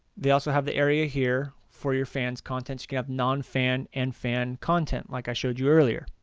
they also have the area here for your fans content you can have non-fan and fan content like i showed you earlier.